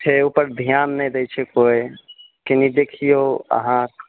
छै ओहि पर ध्यान नहि देय छै केओ कनि देखिऔ अहाँ